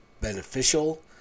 beneficial